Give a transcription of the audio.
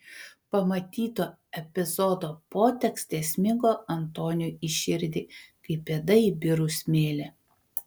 pamatyto epizodo potekstė smigo antoniui į širdį kaip pėda į birų smėlį